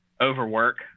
overwork